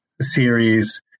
series